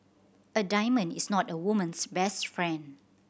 a diamond is not a woman's best friend